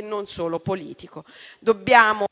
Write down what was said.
non solo politico. Dobbiamo